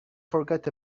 forgot